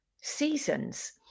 seasons